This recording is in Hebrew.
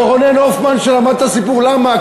ורונן הופמן, שלמד את הסיפור, למה?